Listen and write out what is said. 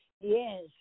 yes